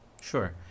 Sure